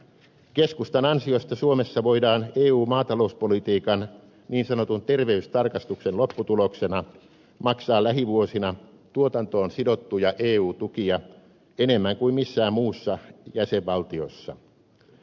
keskustan ansiosta suomessa voidaan eu maatalouspolitiikan niin sanotun terveystarkastuksen lopputuloksena maksaa lähivuosina tuotantoon sidottuja eu tukia enemmän kuin missään muussa jäsenvaltiossa